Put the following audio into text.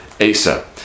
Asa